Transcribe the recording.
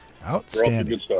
outstanding